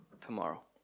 tomorrow